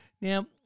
Now